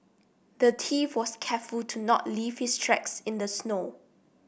the thief was careful to not leave his tracks in the snow